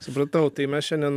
supratau tai mes šiandien